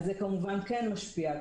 זה כמובן כן משפיע,